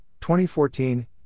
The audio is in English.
2014